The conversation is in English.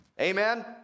Amen